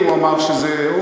הוא אמר שזה לא רציני,